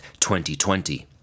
2020